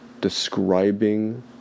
describing